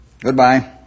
Goodbye